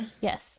Yes